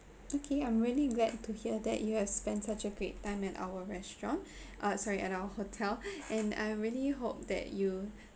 okay I'm really glad to hear that you have spent such a great time at our restaurant uh sorry at our hotel and I really hope that you